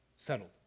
Settled